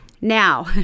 Now